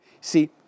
See